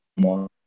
More